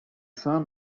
son